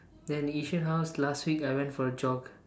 then the Yishun house last week I went for a jog